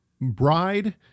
bride